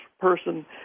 person